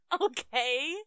Okay